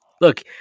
look